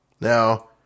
Now